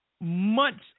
months